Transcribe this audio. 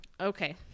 okay